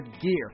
gear